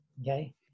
Okay